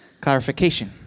clarification